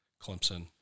Clemson